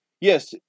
yes